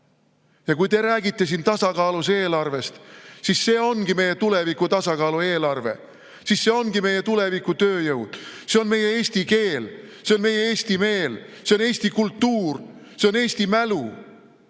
Ja kui te räägite siin tasakaalus eelarvest, siis see ongi meie tuleviku tasakaalus eelarve, see ongi meie tuleviku tööjõud. See on meie eesti keel. See on meie eesti meel. See on eesti kultuur. See on eesti mälu.